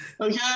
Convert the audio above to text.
Okay